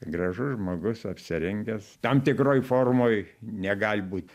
gražus žmogus apsirengęs tam tikroj formoj negali būt